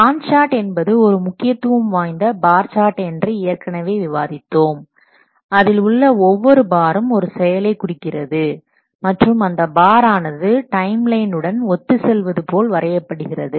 Gantt chart என்பது ஒரு முக்கியத்துவம் வாய்ந்த பார் சார்ட் என்று ஏற்கனவே விவாதித்தோம் அதில் உள்ள ஒவ்வொரு பாரும் ஒரு செயலைக் குறிக்கிறது மற்றும் அந்த பார் ஆனது டைம் லைன் உடன் ஒத்து செல்வதுபோல வரையப்படுகிறது